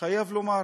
אני חייב לומר.